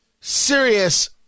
serious